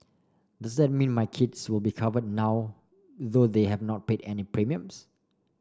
does that mean my kids will be covered now though they have not paid any premiums